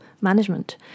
management